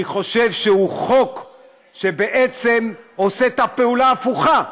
אני חושב שהוא חוק שעושה את הפעולה ההפוכה מדמוקרטיה,